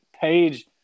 Page